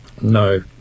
No